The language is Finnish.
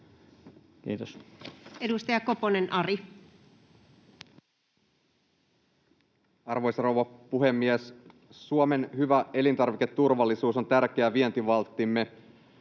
Time: 14:44 Content: Arvoisa rouva puhemies! Suomen hyvä elintarviketurvallisuus on tärkeä vientivalttimme,